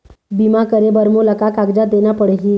बीमा करे बर मोला का कागजात देना पड़ही?